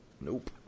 Nope